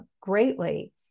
greatly